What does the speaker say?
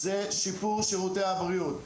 זה שיפור שירותי הבריאות.